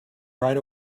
right